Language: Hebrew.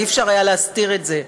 אי-אפשר היה להסתיר את זה.